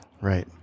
Right